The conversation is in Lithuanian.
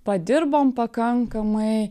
padirbom pakankamai